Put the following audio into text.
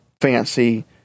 fancy